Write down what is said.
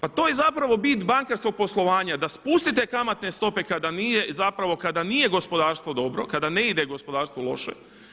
Pa to je zapravo bit bankarskog poslovanja, da spusti te kamatne stope kada nije, zapravo kada nije gospodarstvo dobro, kada ne ide gospodarstvu loše.